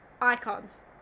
icons